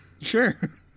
Sure